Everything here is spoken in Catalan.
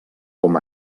com